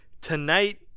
tonight